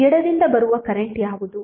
ಎಡದಿಂದ ಬರುವ ಕರೆಂಟ್ ಯಾವುದು